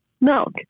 milk